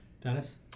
Dennis